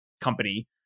company